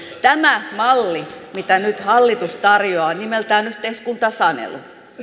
tämä malli mitä nyt hallitus tarjoaa on nimeltään yhteiskuntasanelu